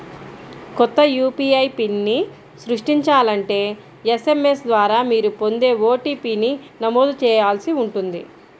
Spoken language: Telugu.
కొత్త యూ.పీ.ఐ పిన్ని సృష్టించాలంటే ఎస్.ఎం.ఎస్ ద్వారా మీరు పొందే ఓ.టీ.పీ ని నమోదు చేయాల్సి ఉంటుంది